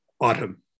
autumn